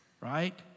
right